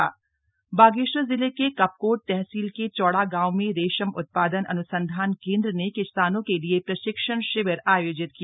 रेशम प्रशिक्षण बागेश्वर जिले के कपकोट तहसील के चौड़ा गांव में रेशम उत्पादन अन्संधान केंद्र ने किसानों के लिए प्रशिक्षण शिविर आयोजित किया